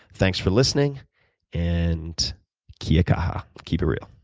thanks for listening and kia kaha, keep it real